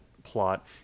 plot